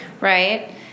Right